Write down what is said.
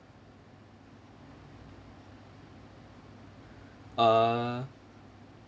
uh